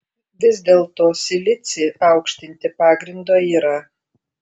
vis dėlto silicį aukštinti pagrindo yra